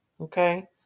Okay